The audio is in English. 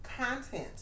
content